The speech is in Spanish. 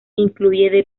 incluye